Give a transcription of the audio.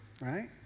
right